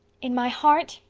in my heart.